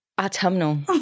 Autumnal